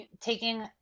taking